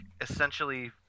essentially